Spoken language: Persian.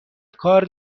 کار